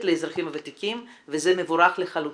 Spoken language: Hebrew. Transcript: לאזרחים הוותיקים וזה מבורך לחלוטין.